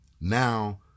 Now